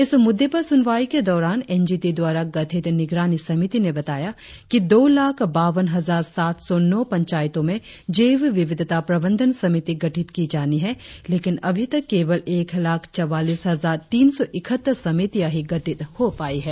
इस मुद्दे पर सुनवाई के दौरान एनजीटी द्वारा गठित निगरानी समिति ने बताया कि दो लाख बावन हजार सात सौ नौ पंचायतों में जैव विविधता प्रबंधन समिति गठित की जानी है लेकिन अभी तब केवल एक लाख चौवालीस हजार तीन सौ इकहत्तर समितियां ही गठित हो पाई है